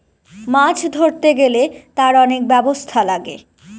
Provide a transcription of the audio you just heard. মাছ ধরতে গেলে তার অনেক ব্যবস্থা লাগে